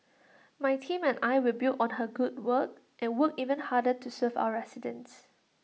my team and I will build on her good work and work even harder to serve our residents